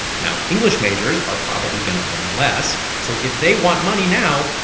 now, english majors are probably going to earn less. so if they want money now,